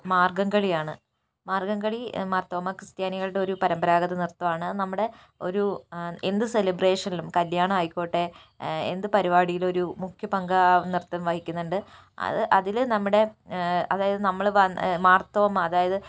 മാർഗ്ഗംകളിയാണ് മാർഗ്ഗംകളി മാർത്തോമാ ക്രിസ്ത്യാനികളുടെ ഒരു പരമ്പരാഗത നൃത്തമാണ് നമ്മുടെ ഒരു എന്ത് സെലിബ്രേഷനിലും കല്ല്യാണം ആയിക്കോട്ടെ എന്ത് പരിപാടിയിലും ഒരു മുഖ്യ പങ്ക് ആ നൃത്തം വഹിക്കുന്നുണ്ട് അത് അതിൽ നമ്മുടെ അതായത് നമ്മൾ മാർത്തോമാ അതായത്